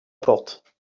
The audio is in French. porte